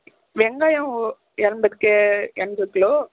வெங்காயம் எண்பது கிலோ